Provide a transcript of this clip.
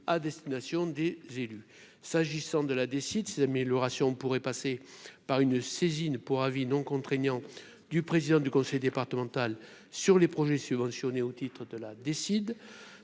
s'agissant de la décide cette amélioration pourrait passer par une saisine pour avis, non contraignant du président du conseil départemental sur les projets subventionnés au titre de la décide